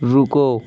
رکو